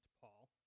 Paul